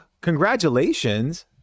Congratulations